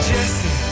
Jesse